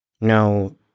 no